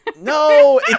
No